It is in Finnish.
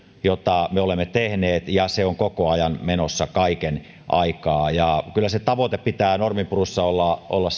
jota me olemme tehneet ja se on koko ajan menossa kaiken aikaa kyllä sen tavoitteen pitää norminpurussa olla olla